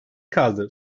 kaldı